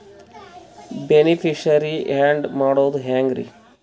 Beneficiary, add ಮಾಡೋದು ಹೆಂಗ್ರಿ?